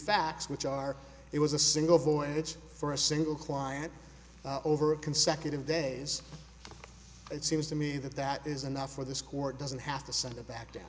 facts which are it was a single voyage for a single client over consecutive days it seems to me that that is enough for this court doesn't have to sort of back down